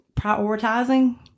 prioritizing